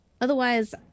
Otherwise